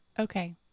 Okay